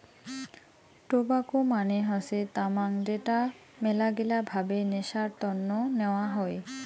tobacco মানে হসে তামাক যেটা মেলাগিলা ভাবে নেশার তন্ন নেওয়া হই